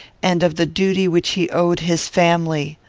and of the duty which he owed his family.